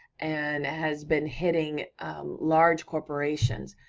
and has been hitting large corporations,